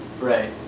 Right